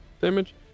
damage